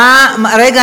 רגע,